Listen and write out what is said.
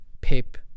pip